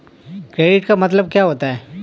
Credit का मतलब क्या होता है?